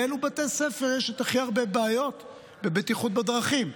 באילו בתי הספר יש את הכי הרבה בעיות בבטיחות בדרכים.